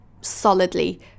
solidly